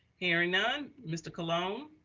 hearing none mr. colon. um